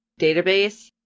database